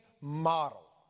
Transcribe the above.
model